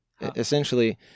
essentially